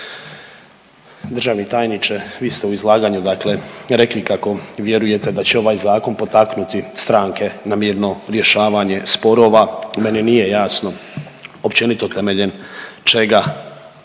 Državni tajniče vi ste u izlaganju, dakle rekli kako vjerujete kako vjerujete da će ovaj zakon potaknuti stranke na mirno rješavanje sporova meni nije jasno općenito temeljem čega